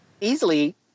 easily